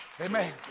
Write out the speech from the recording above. Amen